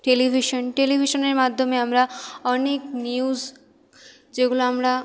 television টেলিভিশনের মাধ্যমে আমরা অনেক নিউজ যেগুলো আমরা